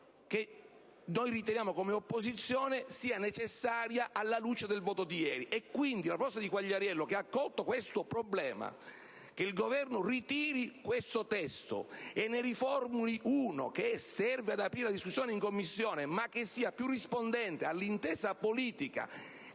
che noi riteniamo, come opposizione, siano necessari alla luce del voto di ieri. La proposta del senatore Quagliariello ha colto questo problema: il Governo, quindi, ritiri questo testo e ne riformuli uno che serva ad aprire la discussione in Commissione e che sia più rispondente all'intesa politica,